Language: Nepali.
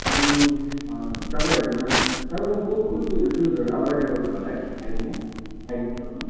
अनि तपाईँहरूमा तपाईँकोमा कुन कुन चाहिँ सुजहरु अभाइलेभल छ होला है हालैमा अहिले को समयमा